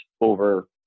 over